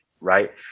right